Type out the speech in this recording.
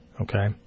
Okay